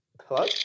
Hello